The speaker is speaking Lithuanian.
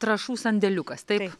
trąšų sandėliukas taip